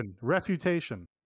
Refutation